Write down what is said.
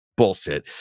bullshit